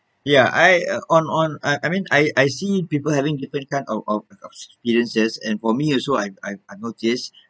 ya I uh on on I I mean I I see people having different kind of of experiences and for me also I I've I've noticed